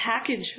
package